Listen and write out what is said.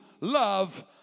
love